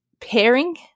pairing